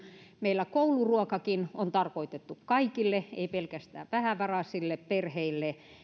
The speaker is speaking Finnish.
meillä kouluruokakin on tarkoitettu kaikille ei pelkästään vähävaraisille perheille